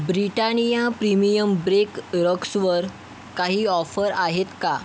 Britannia premium break रक्सवर काही offer आहेत का